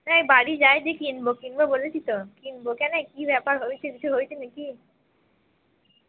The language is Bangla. হ্যাঁ এই বাড়ি যাই দিয়ে কিনব কিনব বলেছি তো কিনব কেনো কী ব্যাপার হয়েছে কিছু হয়েছে না কি